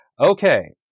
okay